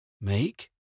Make